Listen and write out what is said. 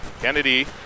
Kennedy